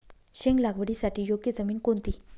शेंग लागवडीसाठी योग्य जमीन कोणती?